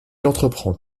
entreprend